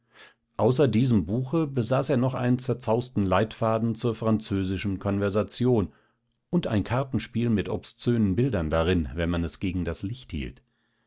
außer diesem buche besaß er noch einen zerzausten leitfaden zur französischen konversation und ein kartenspiel mit obszönen bildern darin wenn man es gegen das licht hielt